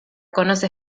conoce